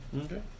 Okay